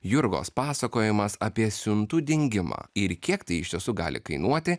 jurgos pasakojimas apie siuntų dingimą ir kiek tai iš tiesų gali kainuoti